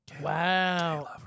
Wow